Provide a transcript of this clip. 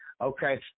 okay